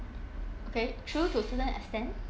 okay true to certain extent